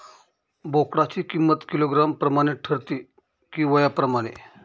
बोकडाची किंमत किलोग्रॅम प्रमाणे ठरते कि वयाप्रमाणे?